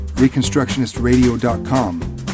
reconstructionistradio.com